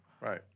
Right